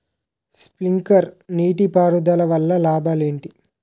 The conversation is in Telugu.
స్ప్రింక్లర్ నీటిపారుదల వల్ల లాభాలు ఏంటి?